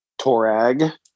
Torag